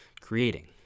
creating